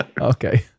Okay